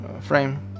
frame